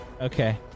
Okay